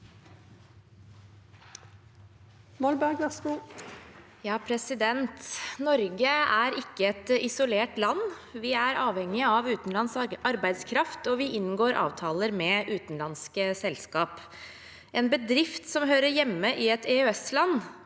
«Norge er ikke et iso- lert land. Vi er avhengige av utenlandsk arbeidskraft, og vi inngår avtaler med utenlandske selskap. En bedrift som hører hjemme i et EØS-land,